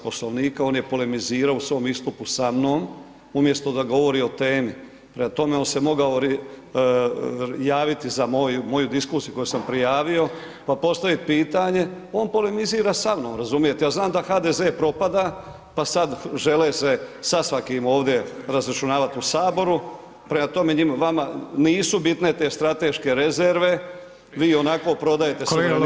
Poslovnika, on je polemizirao u svom istupu sa mnom, umjesto da govori o temi, prema tome, on se mogao javiti za moju diskusiju koju sam prijavio, pa postavit pitanje, on polemizira sa mnom, razumijete, ja znam da HDZ propada, pa sad žele se sa svakim ovdje razračunavat u HS, prema tome, vama nisu bitne te strateške rezerve, vi ionako prodajete [[Upadica: Kolega Lovrinović…]] [[Govornik se ne razumije]] na sve strane.